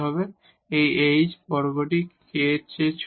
এই h বর্গটি k এর চেয়ে ছোট